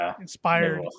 inspired